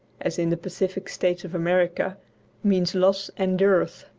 as in the pacific states of america means loss and dearth.